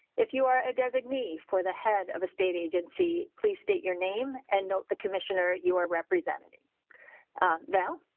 if you are a designee for the head of a state agency, please state your name and note the commissioner, your representative now.